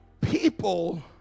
People